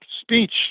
speech